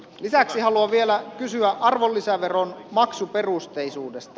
lisäksi haluan vielä kysyä arvonlisäveron maksuperusteisuudesta